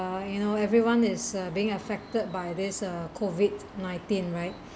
you know everyone is uh being affected by this uh COVID nineteen right